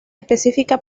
específica